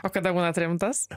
o kada būnat rimtas